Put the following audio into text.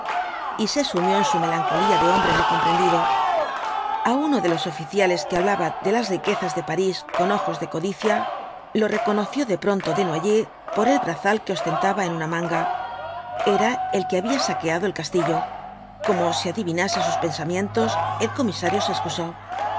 y se sumió en su melancolía de hombre no comprendido a uno de los oficiales que hablaba de las riquezas de parís con ojos de codicia lo reconoció de pronto desnoyers por el brazal que ostentaba en una manga era el que había saqueado el castillo como si adivinase sus pensamientos el comisario se excusó